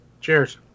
Cheers